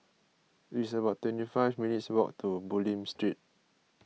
it's about twenty five minutes' walk to Bulim Street